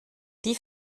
die